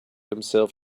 himself